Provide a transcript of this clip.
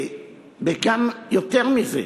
גם יותר מזה,